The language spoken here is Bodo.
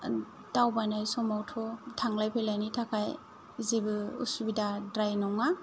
दावबायनाय समावथ' थांलाय फैलायनि थाखाय जेबो उसुबिदाद्राय नङा